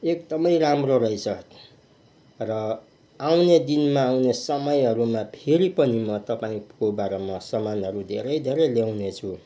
एकदमै राम्रो रहेछ र आउने दिनमा आउने समयहरूमा फेरि पनि म तपाईँकोबाट म सामानहरू धेरै धेरै ल्याउनेछु